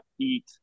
eat